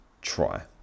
try